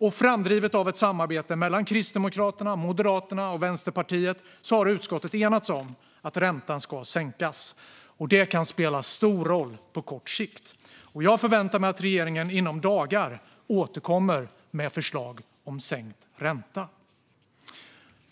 Och framdrivet av ett samarbete mellan Kristdemokraterna, Moderaterna och Vänsterpartiet har utskottet enats om att räntan ska sänkas. Det kan spela stor roll på kort sikt. Jag förväntar mig att regeringen inom dagar återkommer med förslag om sänkt ränta.